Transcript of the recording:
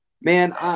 Man